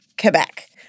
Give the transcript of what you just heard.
Quebec